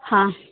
हां